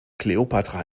kleopatra